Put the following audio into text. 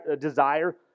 desire